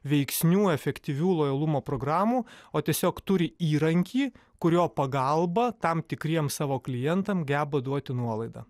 veiksnių efektyvių lojalumo programų o tiesiog turi įrankį kurio pagalba tam tikriems savo klientam geba duoti nuolaidą